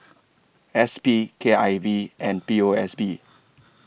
S P K I V and P O S B